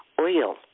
oil